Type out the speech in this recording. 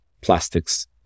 plastics